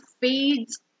feeds